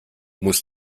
muss